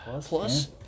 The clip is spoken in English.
Plus